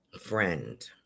Friend